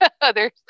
others